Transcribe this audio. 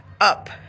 up